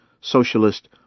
socialist